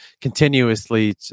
continuously